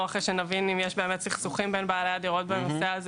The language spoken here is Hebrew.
או אחרי שנבין אם באמת יש סכסוכים בין בעלי הדירות בנושא הזה